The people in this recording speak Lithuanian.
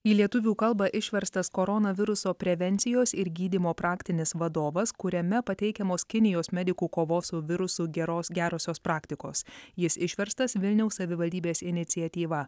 į lietuvių kalbą išverstas koronaviruso prevencijos ir gydymo praktinis vadovas kuriame pateikiamos kinijos medikų kovos su virusu geros gerosios praktikos jis išverstas vilniaus savivaldybės iniciatyva